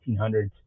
1800s